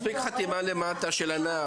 מספיק חתימה למטה של הנער.